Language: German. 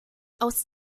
aus